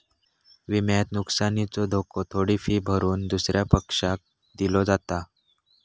विम्यात नुकसानीचो धोको थोडी फी भरून दुसऱ्या पक्षाक दिलो जाता